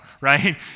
right